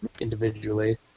individually